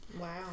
Wow